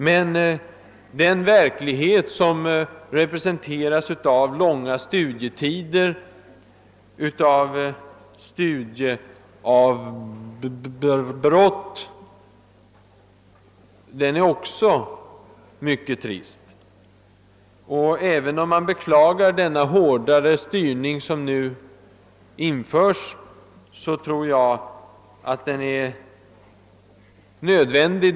Men den verklighet som representeras av långa studietider och av studieavbrott är också mycket trist. Även om man beklagar den hårdare styrning som nu införes, tror jag att den är nödvändig.